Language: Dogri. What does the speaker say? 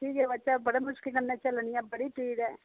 ठीक ऐ बच्चा बड़ी मुश्कला कन्नै चलनी आं बड़ी पीड़ ऐ